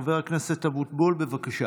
חבר הכנסת אבוטבול, בבקשה.